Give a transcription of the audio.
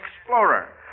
explorer